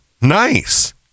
nice